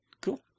cool